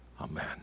Amen